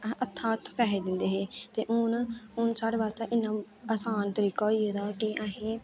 अहीं हत्थो हत्थ पैहे दिंदे हे ते हून हून साढ़े बास्तै इन्ना असान तरीका होई गेदा कि अहें